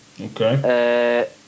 Okay